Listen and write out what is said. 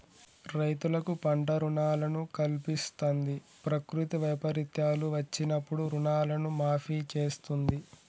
రైతులకు పంట రుణాలను కల్పిస్తంది, ప్రకృతి వైపరీత్యాలు వచ్చినప్పుడు రుణాలను మాఫీ చేస్తుంది